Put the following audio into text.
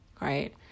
Right